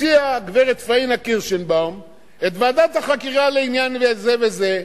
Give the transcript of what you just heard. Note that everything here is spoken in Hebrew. הציעה הגברת פאינה קירשנבאום את ועדת החקירה לעניין זה וזה.